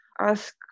ask